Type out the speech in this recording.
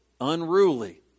unruly